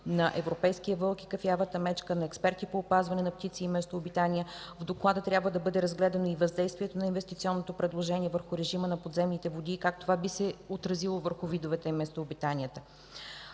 на европейския вълк и кафявата мечка, на експерти по опазване на птици и местообитания. В доклада трябва да бъде разгледано и въздействието на инвестиционното предложение върху режима на подземните води и как това би се отразило върху видовете местообитания.